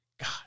God